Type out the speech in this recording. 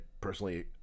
personally